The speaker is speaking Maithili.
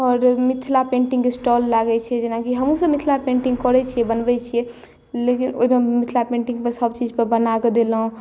आओर मिथिला पेंटिंग के स्टाल लागै छै जेनाकी हमहुँ सभ मिथिला पेंटिंग करै छी बनबै छियै लेकिन ओहिमे मिथिला पेंटिंग पर सभ चीज़ पर बनाक देलहुँ